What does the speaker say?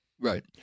Right